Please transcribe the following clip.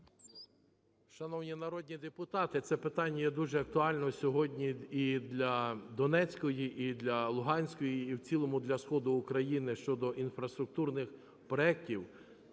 Шановні народні депутати, це питання є дуже актуальне сьогодні і для Донецької, і для Луганської, і в цілому для сходу України, щодо інфраструктурних проектів.